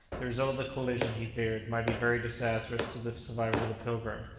the result of the collision, he feared, might be very disastrous to the survivors of the pilgrim.